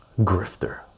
grifter